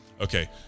okay